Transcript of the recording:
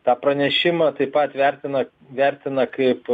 tą pranešimą taip pat vertina vertino kaip